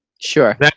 sure